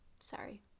sorry